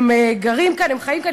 הם גרים כאן, הם חיים כאן.